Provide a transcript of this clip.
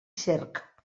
cerc